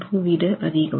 2 விட அதிகம்